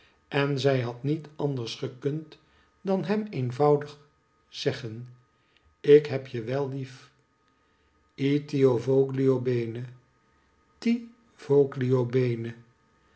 en zij had niet anders gekund dan hem eenvoudig zeggen ik heb je wel lief io ti voglio bene ti voglio bene